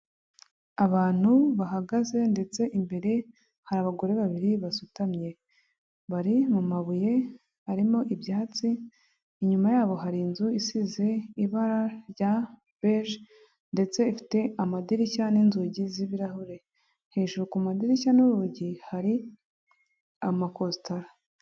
Abantu bahagaze ndetse imbere hari abagore babiri basutamye. Bari mu mabuye arimo ibyatsi, inyuma yabo hari inzu isize ibara rya beje ndetse ifite amadirishya n'inzugi z'ibirahure. Hejuru ku madirishya n'urugi hari amakositara.